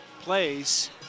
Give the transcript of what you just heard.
plays